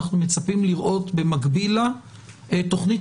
אנחנו מצפים לראות במקביל לה תוכנית